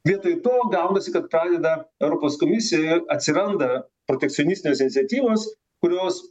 vietoj to gaunasi kad pradeda europos komisijoje atsiranda protekcionistinės iniciatyvos kurios